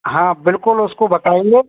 हाँ बिल्कुल उसको बताएँगे